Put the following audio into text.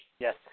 Yes